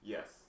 Yes